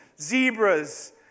zebras